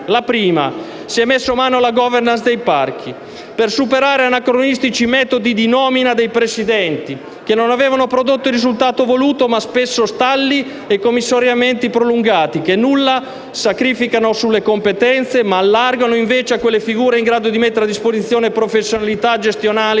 luogo, si è messo mano alla *governance* dei parchi per superare anacronistici metodi di nomina dei Presidenti, che non avevano prodotto il risultato voluto ma spesso stalli e commissariamenti prolungati, con metodi che nulla sacrificano sulle competenze, allargando invece a figure in grado di mettere a disposizione professionalità gestionali